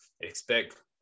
expect